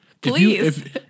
Please